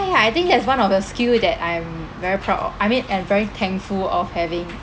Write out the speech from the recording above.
I think that's one of the skill that I am very proud of I mean and very thankful of having